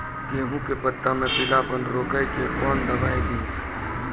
गेहूँ के पत्तों मे पीलापन रोकने के कौन दवाई दी?